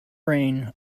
rain